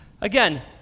again